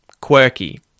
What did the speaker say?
quirky